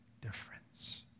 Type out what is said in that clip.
difference